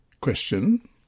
Question